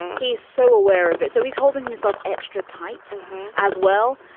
he's so aware of it. so he's holding himself extra tight as well.